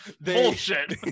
Bullshit